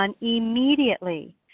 immediately